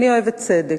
אני אוהבת צדק.